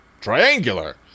Triangular